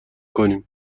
کنیم